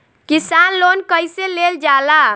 किसान लोन कईसे लेल जाला?